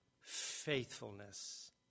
faithfulness